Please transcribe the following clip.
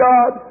God